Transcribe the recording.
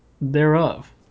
thereof